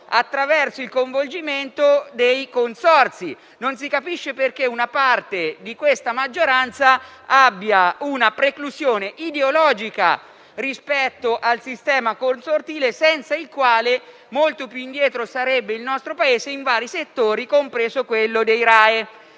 attraverso il coinvolgimento dei consorzi. Non si capisce perché una parte della maggioranza abbia una preclusione ideologica rispetto al sistema consortile senza il quale il nostro Paese sarebbe molto più indietro in vari settori, compreso quello dei